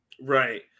right